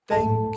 Thank